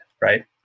right